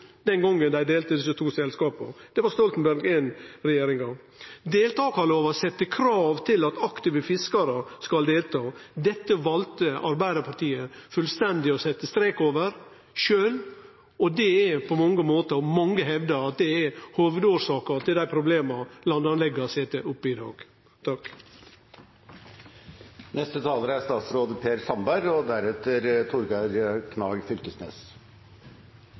den gongen dei delte desse to selskapa, det var Stoltenberg I-regjeringa. Deltakarlova set krav om at aktive fiskarar skal delta. Dette valde Arbeidarpartiet sjølv fullstendig å setje strek over, og det er på mange måtar, som mange hevdar, hovedårsaka til dei problema landanlegga har i dag. Det er et par ting som egentlig fortjener litt mer oppmerksomhet, men tiden er